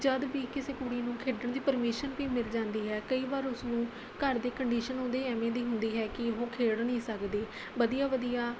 ਜਦੋਂ ਵੀ ਕਿਸੇ ਕੁੜੀ ਨੂੰ ਖੇਡਣ ਦੀ ਪਰਮਿਸ਼ਨ ਵੀ ਮਿਲ ਜਾਂਦੀ ਹੈ ਕਈ ਵਾਰ ਉਸਨੂੰ ਘਰ ਦੀ ਕੰਡੀਸ਼ਨ ਉਹਦੀ ਐਵੇਂ ਦੀ ਹੁੰਦੀ ਹੈ ਕਿ ਉਹ ਖੇਡ ਨਹੀਂ ਸਕਦੀ ਵਧੀਆ ਵਧੀਆ